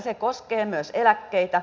se koskee myös eläkkeitä